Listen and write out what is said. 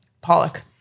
Pollock